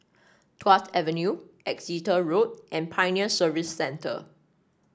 Tuas Avenue Exeter Road and Pioneer Service Centre